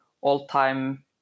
all-time